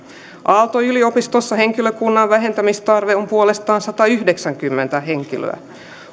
aalto yliopistossa henkilökunnan vähentämistarve on puolestaan satayhdeksänkymmentä henkilöä